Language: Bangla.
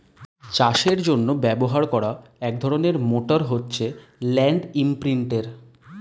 চাষের জন্য ব্যবহার করা এক ধরনের মোটর হচ্ছে ল্যান্ড ইমপ্রিন্টের